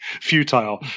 futile